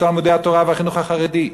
את תלמודי-התורה והחינוך החרדי,